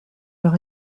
leur